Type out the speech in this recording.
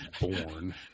born